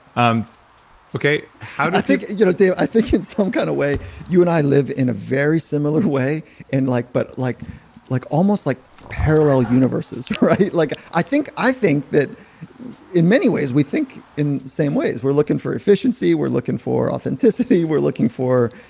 um okay i think, you know dave, i think in some kind of way, you and i live in a very similar way and like, but like like almost like parallel universes, right? like i think i think that in many ways, we think in the same ways. we're looking for efficiency. we're looking for authenticity. we're looking for,